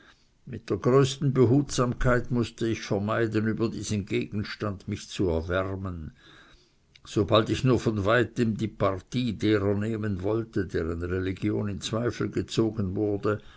mit der größten behutsamkeit mußte ich vermeiden über diesen gegenstand mich zu erwärmen sobald ich nur von weitem die partie derer nehmen wollte deren religion in zweifel gezogen wurde